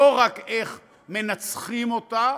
לא רק איך מנצחים אותה,